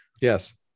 yes